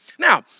Now